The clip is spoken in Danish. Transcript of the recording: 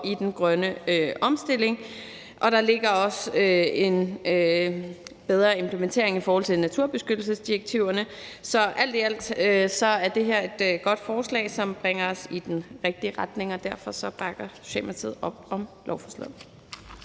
i den grønne omstilling, og der ligger også en bedre implementering i forhold til naturbeskyttelsesdirektiverne. Så alt i alt er det her et godt forslag, som bringer os i den rigtige retning, og derfor bakker Socialdemokratiet op om lovforslaget.